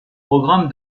programme